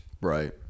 Right